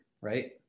right